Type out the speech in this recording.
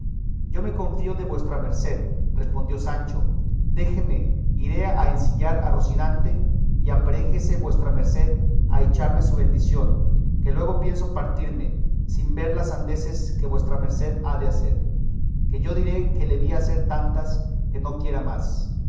yo me confío de vuestra merced respondió sancho déjeme iré a ensillar a rocinante y aparéjese vuestra merced a echarme su bendición que luego pienso partirme sin ver las sandeces que vuestra merced ha de hacer que yo diré que le vi hacer tantas que no quiera más